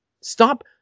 Stop